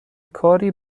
کاری